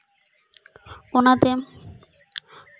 ᱚᱱᱟᱛᱮ